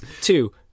Two